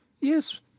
Yes